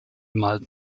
malt